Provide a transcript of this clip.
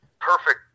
perfect